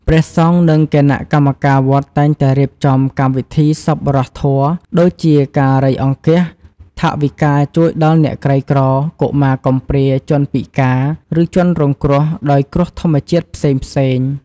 ព្រះសង្ឃ និងគណៈកម្មការវត្តតែងតែរៀបចំកម្មវិធីសប្បុរសធម៌ ដូចជាការរៃអង្គាសថវិកាជួយដល់អ្នកក្រីក្រ កុមារកំព្រា ជនពិការ ឬជនរងគ្រោះដោយគ្រោះធម្មជាតិផ្សេងៗ។